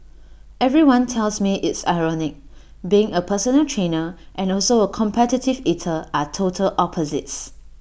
everyone tells me it's ironic being A personal trainer and also A competitive eater are total opposites